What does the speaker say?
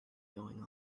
going